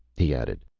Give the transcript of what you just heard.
he added,